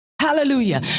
Hallelujah